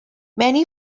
many